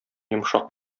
йомшак